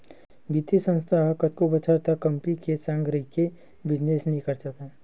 बित्तीय संस्था ह कतको बछर तक कंपी के संग रहिके बिजनेस नइ करय